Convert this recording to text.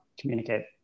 communicate